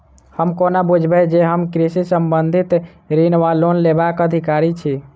हम कोना बुझबै जे हम कृषि संबंधित ऋण वा लोन लेबाक अधिकारी छी?